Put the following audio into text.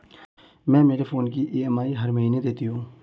मैं मेरे फोन की ई.एम.आई हर महीने देती हूँ